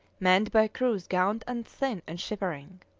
manned by crews gaunt and thin and shivering.